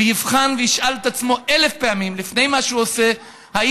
ויבחן וישאל את עצמו אלף פעמים לפני מה שהוא עושה אם